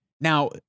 Now